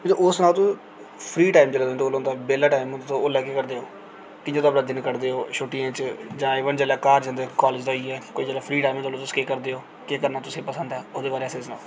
ओह् सनाओ तुस फ्री टाइम जेल्लै तुं'दे कोल होंदा बेह्ला टैम तुस ओल्लै केह् करदे ओ कि'यां ओल्लै तुस दिन कड्ढदे ओ छुट्टियें च जां इवन जेल्लै घर जंदे कॉलेज़ आइयै ते जेल्लै फ्री टाइम होंदा तुस केह् करदे ओ केह् करना तुसें ई पसंद ऐ